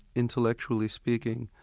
intellectually speaking,